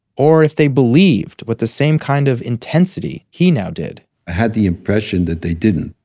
or if they believed with the same kind of intensity he now did i had the impression that they didn't.